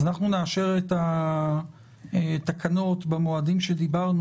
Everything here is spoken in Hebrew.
אנחנו נאשר את התקנות במועדים שעליהם דיברנו,